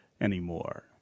anymore